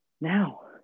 now